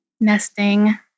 nesting